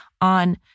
on